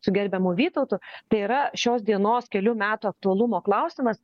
su gerbiamu vytautu tai yra šios dienos kelių metų aktualumo klausimas